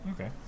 Okay